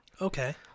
Okay